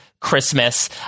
Christmas